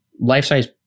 life-size